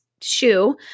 shoe